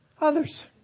others